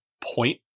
point